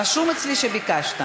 רשום אצלי שביקשת.